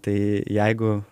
tai jeigu